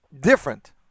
different